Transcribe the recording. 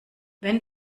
wenn